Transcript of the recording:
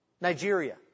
Nigeria